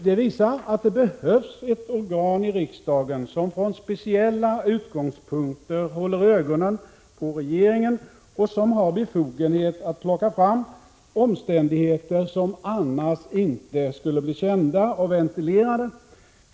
Det visar att det behövs ett organ i riksdagen som från speciella utgångspunkter håller ögonen på regeringen och har befogenhet att plocka fram omständigheter som annars inte skulle bli kända och ventilerade.